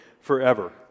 forever